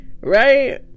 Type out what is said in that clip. Right